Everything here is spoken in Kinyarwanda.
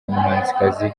muhanzikazi